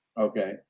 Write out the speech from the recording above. okay